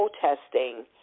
protesting